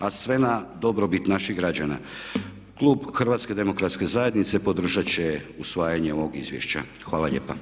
a sve na dobrobit naših građana. Klub HDZ-a podržat će usvajanje ovog izvješća. Hvala lijepa.